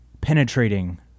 penetrating